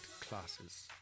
classes